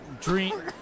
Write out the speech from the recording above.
dream